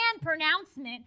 pronouncement